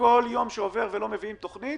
כל יום שעובר ולא מביאים תוכנית